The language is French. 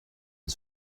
une